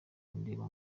kundeba